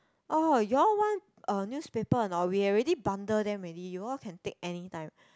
orh you all want uh newspaper or not we already bundle them already you all can take anytime